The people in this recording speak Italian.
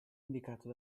indicato